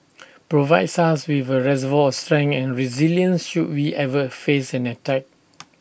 provides us with A reservoir of strength and resilience should we ever face an attack